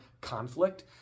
conflict